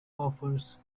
offers